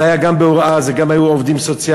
זה היה גם בהוראה, גם עובדים סוציאליים.